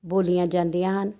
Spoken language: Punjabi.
ਬੋਲੀਆਂ ਜਾਂਦੀਆਂ ਹਨ